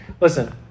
Listen